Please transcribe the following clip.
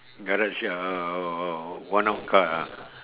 garage uh one off car ah